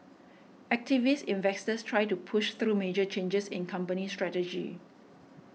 activist investors try to push through major changes in company strategy